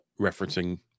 referencing